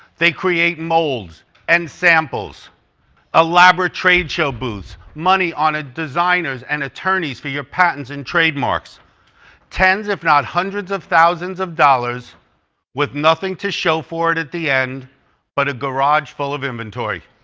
they create molds and samples elaborate trade show booths money honor designers and attorneys for your patents and trademarks tens if not hundreds of thousands of dollars with nothing to show for it at the end but a garage full of inventory